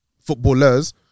footballers